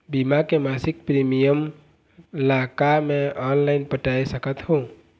बीमा के मासिक प्रीमियम ला का मैं ऑनलाइन पटाए सकत हो?